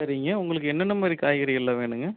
சரிங்க உங்களுக்கு என்னென்ன மாதிரி காய்கறிகளெல்லாம் வேணுங்க